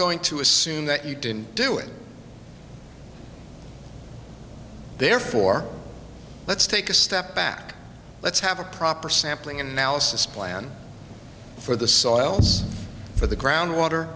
going to assume that you didn't do it therefore let's take a step back let's have a proper sampling analysis plan for the soils for the groundwater